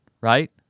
right